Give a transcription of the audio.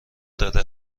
داره